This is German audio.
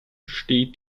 steht